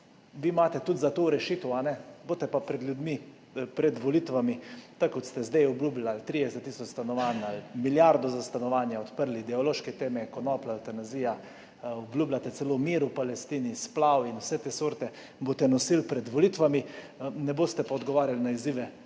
vi imate tudi za to rešitev, boste pa pred ljudmi, pred volitvami, tako kot ste zdaj, obljubili ali 30 tisoč stanovanj ali milijardo za stanovanja, odprli ideološke teme, konoplja, evtanazija, obljubljate celo mir v Palestini, splav in vse te sorte boste nosili pred volitvami, ne boste pa odgovarjali na izzive